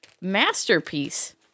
masterpiece